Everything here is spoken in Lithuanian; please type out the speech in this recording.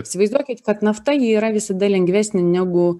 įsivaizduokit kad nafta ji yra visada lengvesnė negu